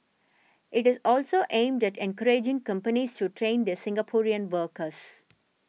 it is also aimed at encouraging companies to train their Singaporean workers